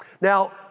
Now